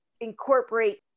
incorporate